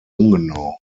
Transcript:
ungenau